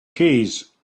keys